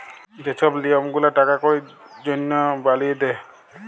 যে ছব লিয়ম গুলা টাকা কড়ির জনহে বালিয়ে দে